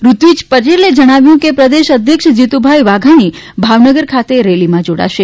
ઋત્વિજ પટેલે જણાવ્યું હતું કે પ્રદેશ અધ્યક્ષ જીતુભાઇ વાઘાણી ભાવનગર ખાતે રેલીમાં જોડાશે